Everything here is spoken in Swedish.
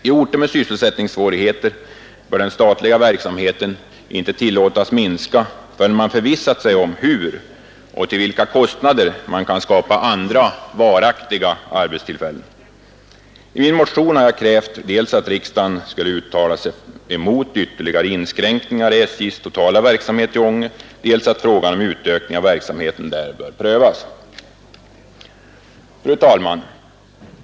I orter med sysselsättningssvårigheter bör den statliga verksamheten inte tillåtas minska förrän man förvissat sig om hur och till vilken kostnad man kan skapa andra varaktiga arbetstillfällen. I min motion har jag krävt dels att riksdagen skall uttala sig emot ytterligare inskränkningar i SJs totala verksamhet i Ånge, dels att frågan om utökning av verksamheten där bör prövas. Fru talman!